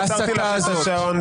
עצרתי לה את השעון.